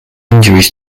injuries